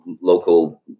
local